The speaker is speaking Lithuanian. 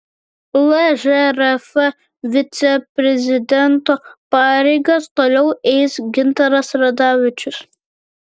lžrf viceprezidento pareigas toliau eis gintaras radavičius